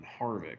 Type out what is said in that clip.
Harvick